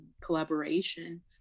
collaboration